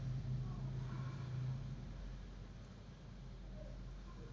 ಒನ ಮೇವು ಎತ್ತು, ಕುದುರೆ, ಜವಾರಿ ಆಕ್ಳಾ ಇವುಗಳಿಗೆ ಬಾಳ ಚುಲೋ